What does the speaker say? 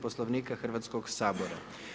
Poslovnika Hrvatskog sabora.